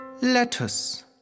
lettuce